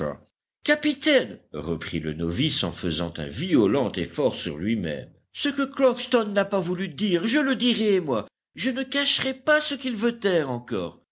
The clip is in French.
capitaine reprit le novice en faisant un violent effort sur lui-même ce que crockston n'a pas voulu dire je le dirai moi je ne cacherai pas ce qu'il veut taire encore